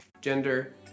gender